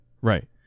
Right